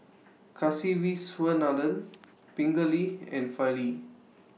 Kasiviswanathan Pingali and Fali